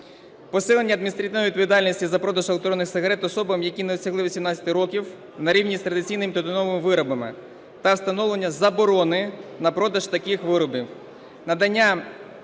Посилення адміністративної відповідальності за продаж електронних сигарет особам, які не досягли 18 років, на рівні з традиційними тютюновими виробами та встановлення заборони на продаж таких виробів.